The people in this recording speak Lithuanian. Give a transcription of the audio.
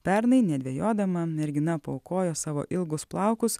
pernai nedvejodama mergina paaukojo savo ilgus plaukus